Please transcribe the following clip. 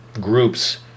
groups